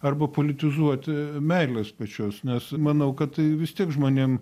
arba politizuoti meilės pačios nes manau kad tai vis tiek žmonėm